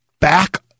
back